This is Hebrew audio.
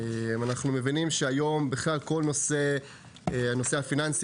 אנחנו מבינים שהיום כל הנושא הפיננסי